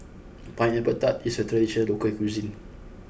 Pineapple Tart is a traditional local cuisine